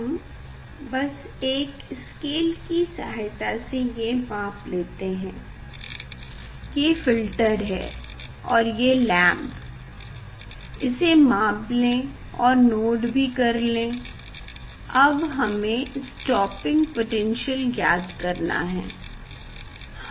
हम बस एक स्केल कि सहायता से ये माप लेते है ये फ़िल्टर है और ये लैम्प इसे माप लें और नोट भी कर लें अब हमें स्टॉपिंग पोटेन्शियल ज्ञात करना है